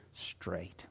straight